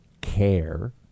care